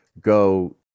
go